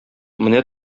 менә